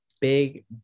big